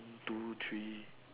one two three